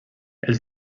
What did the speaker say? els